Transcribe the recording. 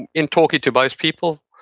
in in talking to most people,